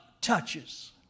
touches